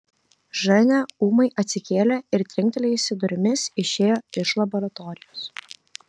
ženia ūmai atsikėlė ir trinktelėjusi durimis išėjo iš laboratorijos